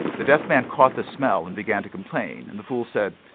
the deaf man caught the smell and began to complain. and the fool said,